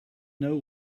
know